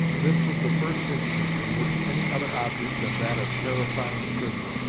this was the first instance in which any other object than that of terrifying the prisoner,